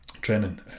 training